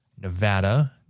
Nevada